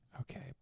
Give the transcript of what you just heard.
Okay